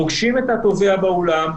פוגשים את התובע באולם,